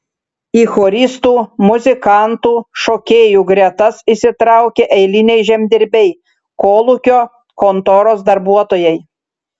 į choristų muzikantų šokėjų gretas įsitraukė eiliniai žemdirbiai kolūkio kontoros darbuotojai